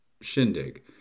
shindig